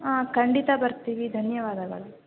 ಆಂ ಖಂಡಿತ ಬರ್ತೀವಿ ಧನ್ಯವಾದಗಳು